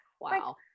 Wow